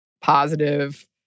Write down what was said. positive